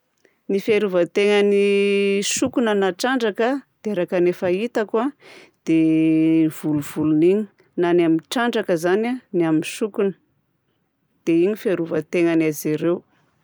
Ny fiarova-tegnan'ny sokina na trandraka a dia araka ny efa hitako a dia volovolony igny na ny amin'ny trandraka izany a ny amin'ny sokina dia igny ny fiarovan-tegnan'izy ireo.